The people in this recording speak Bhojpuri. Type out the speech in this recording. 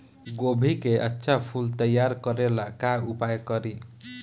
गोभी के अच्छा फूल तैयार करे ला का उपाय करी?